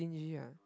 stingy